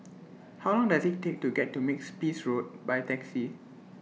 How Long Does IT Take to get to Makes Peace Road By Taxi